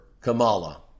Kamala